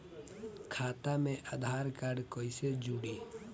खाता मे आधार कार्ड कईसे जुड़ि?